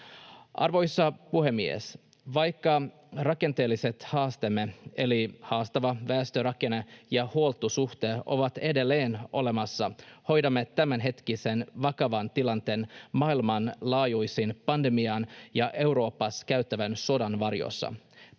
Arvoisa puhemies! Vaikka rakenteelliset haasteemme, eli haastava väestörakenne ja huoltosuhde, ovat edelleen olemassa, hoidamme tämänhetkisen vakavan tilanteen maailmanlaajuisen pandemian ja Euroopassa käytävän sodan varjossa.